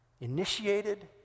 initiated